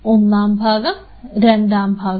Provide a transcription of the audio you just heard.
ഒന്നാം ഭാഗം രണ്ടാംഭാഗം